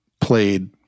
played